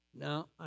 Now